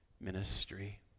ministry